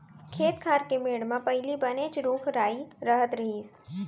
खेत खार के मेढ़ म पहिली बनेच रूख राई रहत रहिस